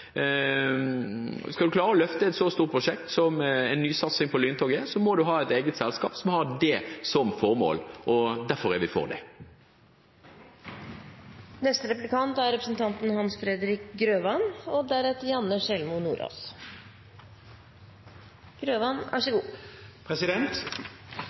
skal man klare å løfte et så stort prosjekt som en nysatsing på lyntoget, må man ha et eget selskap som har det som formål. Derfor er vi for